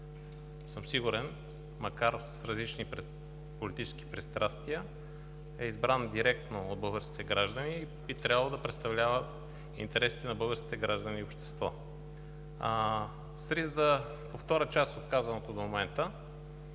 от Вас, макар с различни политически пристрастия, е избран директно от българските граждани и би трябвало да представлява интересите на българските граждани и общество. С риск да повторя част от казаното до момента